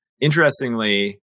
interestingly